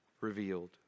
revealed